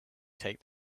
take